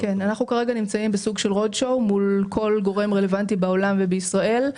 אנחנו כרגע נמצאים בסוג של רוד שאו מול כל גורם רלוונטי בעולם ובישראל.